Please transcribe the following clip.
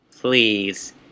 Please